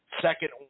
Second